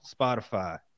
Spotify